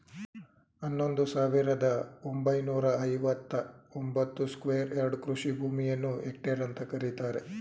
ಹನ್ನೊಂದು ಸಾವಿರದ ಒಂಬೈನೂರ ಐವತ್ತ ಒಂಬತ್ತು ಸ್ಕ್ವೇರ್ ಯಾರ್ಡ್ ಕೃಷಿ ಭೂಮಿಯನ್ನು ಹೆಕ್ಟೇರ್ ಅಂತ ಕರೀತಾರೆ